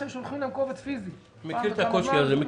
מכיר את זה.